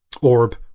orb